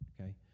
okay